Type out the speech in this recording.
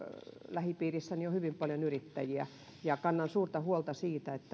lähipiirissäni on hyvin paljon yrittäjiä ja kannan suurta huolta siitä